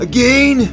Again